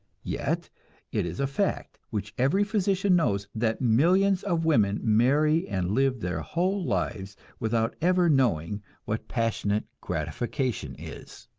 yet it is a fact which every physician knows, that millions of women marry and live their whole lives without ever knowing what passionate gratification is.